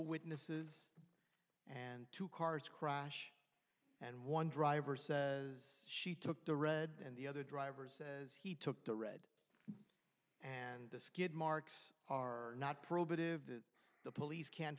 witnesses and two cars crash and one driver says she took the red and the other driver says he took the red and the skid marks are not probative that the police can't